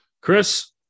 chris